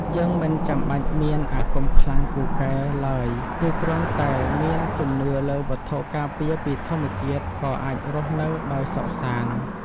យើងមិនចាំបាច់មានអាគមខ្លាំងពូកែឡើយគឺគ្រាន់តែមានជំនឿលើវត្ថុការពារពីធម្មជាតិក៏អាចរស់នៅដោយសុខសាន្ត។